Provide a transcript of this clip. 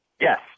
Yes